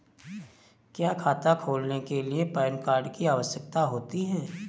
क्या खाता खोलने के लिए पैन कार्ड की आवश्यकता होती है?